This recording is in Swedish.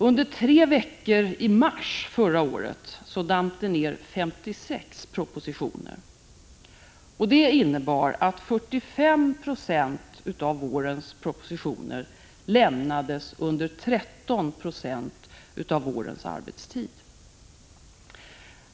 Under tre veckor i mars förra året damp det ner 56 propositioner. Det innebar att 45 20 av vårens propositioner lämnades under 13 90 av vårens arbetstid.